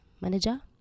manager